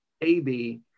A-B